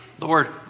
Lord